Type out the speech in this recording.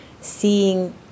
seeing